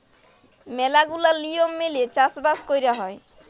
ম্যালা গুলা লিয়ম মেলে চাষ বাস কয়রা হ্যয়